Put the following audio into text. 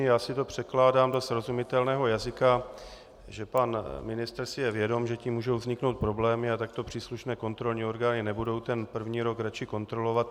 Já si to překládám do srozumitelného jazyka, že pan ministr si je vědom, že tím mohou vzniknout problémy, a tak to příslušné kontrolní orgány nebudou první rok raději kontrolovat.